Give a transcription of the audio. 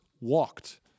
walked